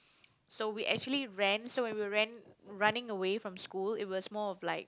so we actually ran so when we were ran running away from school it was more of like